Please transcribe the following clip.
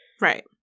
Right